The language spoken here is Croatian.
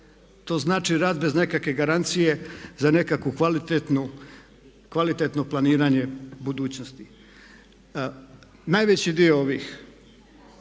To znači rad bez nekakve garancije za nekakvo kvalitetno planiranje budućnosti. Najveći dio ovih